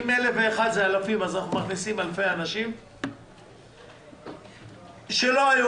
אם 1,001 זה אלפים אז אנחנו מכניסים אלפי אנשים שלא היו